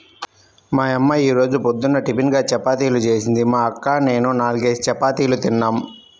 మా యమ్మ యీ రోజు పొద్దున్న టిపిన్గా చపాతీలు జేసింది, మా అక్క నేనూ నాల్గేసి చపాతీలు తిన్నాం